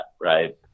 right